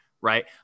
Right